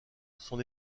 son